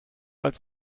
als